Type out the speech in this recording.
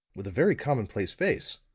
with a very commonplace face.